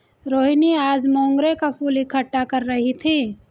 रोहिनी आज मोंगरे का फूल इकट्ठा कर रही थी